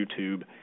YouTube